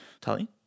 Tali